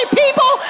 people